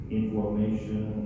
information